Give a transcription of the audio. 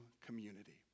community